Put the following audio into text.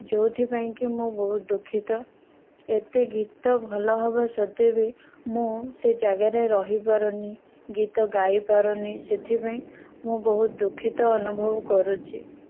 ଯେଉଁଥିପାଇଁକି ମୁଁ ବହୁତ ଦୁଃଖିତ ଏତେ ଗୀତ ଭଲ ହେବା ସତ୍ତ୍ୱେ ବି ମୁଁ ସେ ଜାଗାରେ ରହି ପାରୁନାହିଁ ଗୀତ ଗାଇ ପାରୁନାହିଁ ସେଥିପାଇଁ ମୁଁ ବହୁତ ଦୁଃଖିତ ଅନୁଭବ କରୁଛି